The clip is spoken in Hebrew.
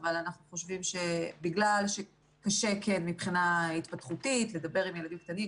אבל אנחנו חושבים שבגלל שקשה כן במבחינה התפתחותית לדבר עם ילדים קטנים.